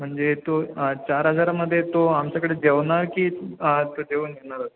म्हणजे तो चार हजारामध्ये तो आमच्याकडे जेवणार की तो जेवून येणार